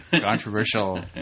Controversial